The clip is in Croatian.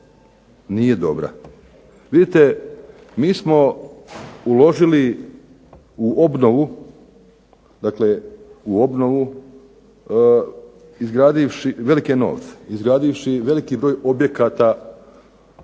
nije dobra. Vidite, mi smo uložili u obnovu, dakle u obnovu izgradivši velike novce, izgradivši veliki broj objekata na